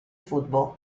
football